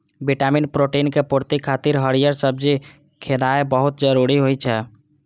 vitamin, protein के पूर्ति खातिर हरियर सब्जी खेनाय बहुत जरूरी होइ छै